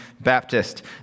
Baptist